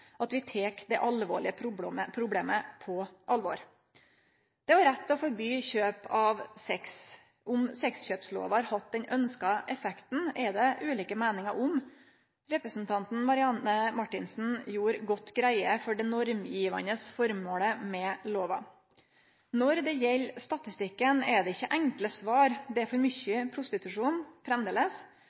at vi tek det alvorlege problemet på alvor. Det er òg rett å forby kjøp av sex. Om sexkjøpslova har hatt den ønskte effekten, er det ulike meiningar om. Representanten Marianne Marthinsen gjorde godt greie for det normgivande formålet med lova. Når det gjeld statistikken, er det ikkje enkle svar. Det er for mykje prostitusjon